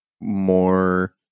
more